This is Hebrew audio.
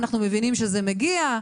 אנחנו מבינים שזה מגיע.